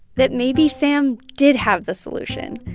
that maybe sam did have the solution,